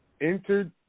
entered